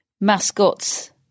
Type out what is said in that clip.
mascots